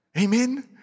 Amen